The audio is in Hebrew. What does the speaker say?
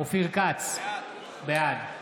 אופיר כץ, בעד